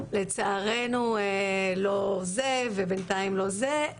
לצערנו לא זה ובינתיים לא זה,